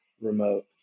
remote